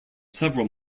several